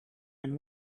and